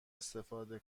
استفاده